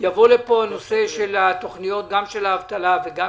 יבוא לפה הנושא גם של האבטלה וגם